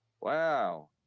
Wow